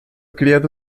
criado